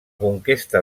conquesta